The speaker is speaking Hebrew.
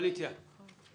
7